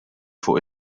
fuq